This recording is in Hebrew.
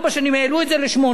העלו את זה לשמונה שנים.